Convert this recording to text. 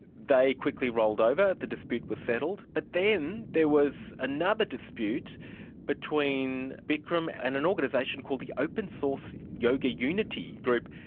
they quickly rolled over, the dispute was settled. but then there was another dispute between bikram and an organisation called the open source yoga unity group,